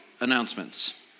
announcements